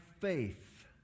faith